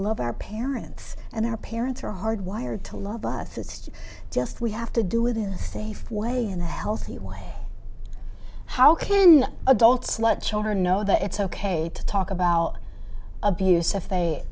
love our parents and their parents are hard wired to love us it's just we have to do it in a safe way in a healthy way how can adults much older know that it's ok to talk about abuse if they